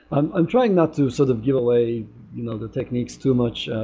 i'm i'm trying not to sort of give away you know the techniques too much